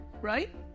right